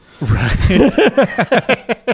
Right